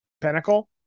Pinnacle